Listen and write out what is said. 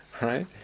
right